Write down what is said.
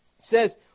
says